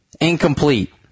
Incomplete